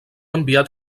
enviat